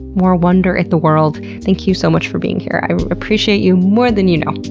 more wonder at the world. thank you so much for being here, i appreciate you more than you know.